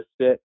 sit